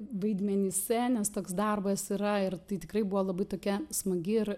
vaidmenyse nes toks darbas yra ir tai tikrai buvo labai tokia smagi ir